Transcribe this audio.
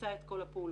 לבצע את כל הפעולות.